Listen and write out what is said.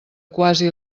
quasi